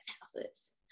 houses